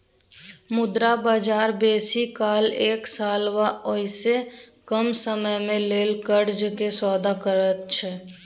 मुद्रा बजार बेसी काल एक साल वा ओइसे कम समयक लेल कर्जा के सौदा करैत छै